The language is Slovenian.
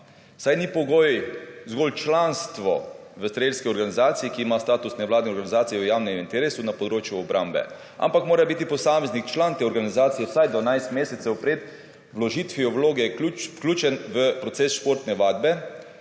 saj ni pogoj zgolj članstvo v strelski organizaciji, ki ima status nevladne organizacije v javnem interesu na področju obrambe, ampak mora biti posamezni član te organizacije vsaj dvanajst mesecev pred vložitvijo vloge vključen v proces športne vadbe,